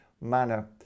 manner